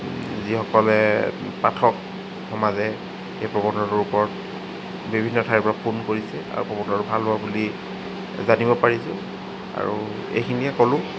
যিসকলে পাঠকসমাজে সেই প্ৰবন্ধটোৰ ওপৰত বিভিন্ন ঠাইৰপৰা ফোন কৰিছে আৰু প্ৰবন্ধটো ভাল হোৱা বুলি জানিব পাৰিছোঁ আৰু এইখিনিয়েই ক'লো